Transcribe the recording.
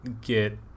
get